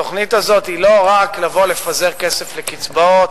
התוכנית הזאת היא לא רק לבוא ולפזר כסף לקצבאות,